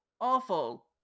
awful